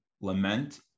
lament